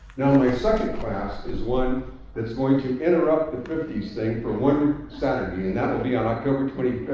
now my second class is one that is going to interrupt the fifty s thing for one saturday. and that will be on october twenty